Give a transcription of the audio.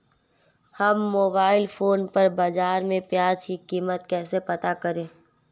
हम mobile phone पर बाज़ार में प्याज़ की कीमत कैसे पता करें?